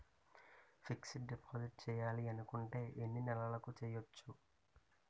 Fixed deposit చేయాలి అనుకుంటే ఎన్నే నెలలకు చేయొచ్చు?